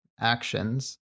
actions